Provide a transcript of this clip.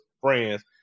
friends